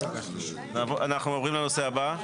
הרבה תיקונים,